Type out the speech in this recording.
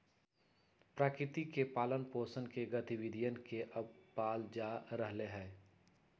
प्रकृति के पालन पोसन के गतिविधियन के अब पाल्ल जा रहले है